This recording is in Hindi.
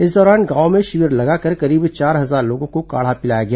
इस दौरान गांवों में शिविर लगाकर करीब चार हजार लोगों को काढ़ा पिलाया गया